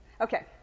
Okay